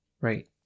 right